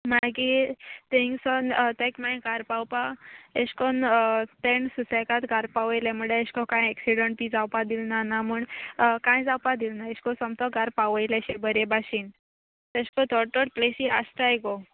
मागीर थिंगसोन ताका मागीर घार पावपा एशेकोन्न तेंणे सुसेकाद घारा पावयलें म्हुळ्यार एशें कोन्न कांय एक्सिडंट बी जावपा दिलना ना म्हूण कांय जावपा दिल ना एशें कोन्न सोमतो घारा पावयलें अशें बरें भाशेन तेशें को थोडो थोडो तो प्लेसी आसताय गो